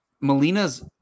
Melina's